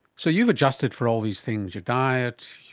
so you've adjusted for all these things, your diet,